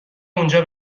اونجا